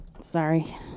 Sorry